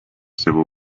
civil